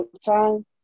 time